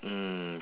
mm